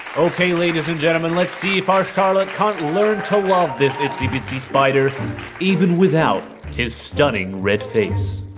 ok, ladies and gentlemen, let's see if our charlotte can't learn to love this itsy bitsy spider even without his stunning red face